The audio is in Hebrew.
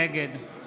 נגד